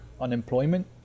unemployment